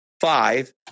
five